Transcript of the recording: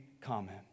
comment